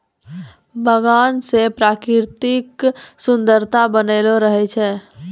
बगान से प्रकृतिक सुन्द्ररता बनलो रहै छै